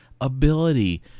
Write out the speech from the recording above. ability